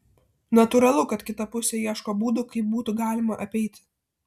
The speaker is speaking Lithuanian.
natūralu kad kita pusė ieško būdų kaip būtų galima apeiti